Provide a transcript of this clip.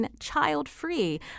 child-free